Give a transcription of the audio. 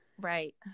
Right